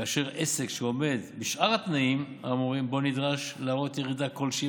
כאשר עסק שעומד בשאר התנאים האמורים בו נדרש להראות ירידה כלשהי